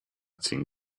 ziehen